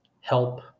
help